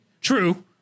True